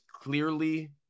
clearly